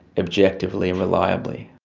objectively and reliably.